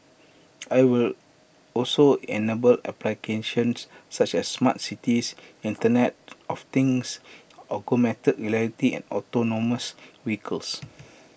IT will also enable applications such as smart cities Internet of things augmented reality and autonomous vehicles